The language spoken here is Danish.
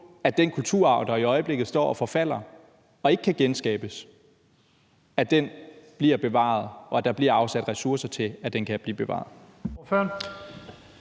at den kulturarv, der i øjeblikket står og forfalder og ikke kan genskabes, bliver bevaret, og at der bliver afsat ressourcer til, at den kan blive bevaret.